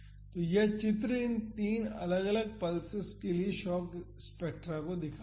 तो यह चित्र इन तीन अलग अलग पल्सेस के लिए शॉक स्पेक्ट्रा दिखाता है